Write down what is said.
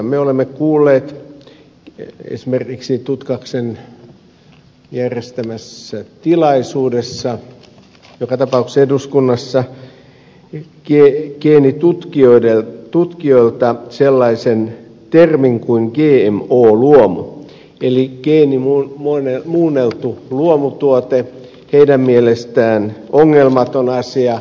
me olemme kuulleet esimerkiksi tutkaksen järjestämässä tilaisuudessa joka tapauksessa eduskunnassa geenitutkijoilta sellaisen termin kuin gmo luomu eli geenimuunneltu luomutuote joka on heidän mielestään ongelmaton asia